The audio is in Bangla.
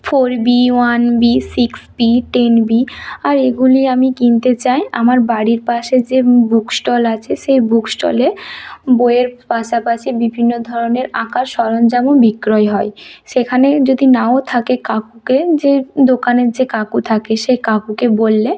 four B one B six B ten B আর এগুলি আমি কিনতে চাই আমার বাড়ির পাশে যে বুক স্টল আছে সেই বুক স্টলে বইয়ের পাশাপাশি বিভিন্ন ধরনের আঁকার সরঞ্জামও বিক্রয় হয় সেখানে যদি নাও থাকে কাকুকে যে দোকানের যে কাকু থাকে সেই কাকুকে বললে